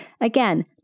Again